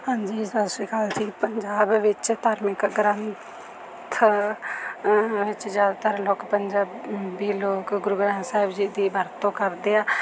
ਹਾਂਜੀ ਸਤਿ ਸ਼੍ਰੀ ਅਕਾਲ ਜੀ ਪੰਜਾਬ ਵਿੱਚ ਧਾਰਮਿਕ ਗ੍ਰੰਥ ਵਿੱਚ ਜ਼ਿਆਦਾਤਰ ਲੋਕ ਪੰਜਾਬ ਪੰਜਾਬੀ ਲੋਕ ਗੁਰੂ ਗ੍ਰੰਥ ਸਾਹਿਬ ਜੀ ਦੀ ਵਰਤੋਂ ਕਰਦੇ ਆ